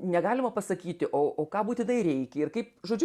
negalima pasakyti o o ką būtinai reikia ir kaip žodžiu